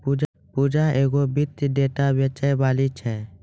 पूजा एगो वित्तीय डेटा बेचैबाली छै